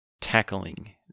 tackling